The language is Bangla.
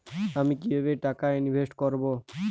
আমি কিভাবে টাকা ইনভেস্ট করব?